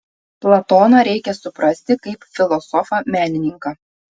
platoną reikia suprasti kaip filosofą menininką